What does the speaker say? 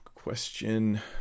Question